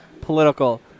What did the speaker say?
political